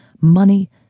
money